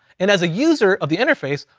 and as a user of the interface,